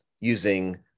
using